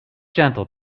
gentle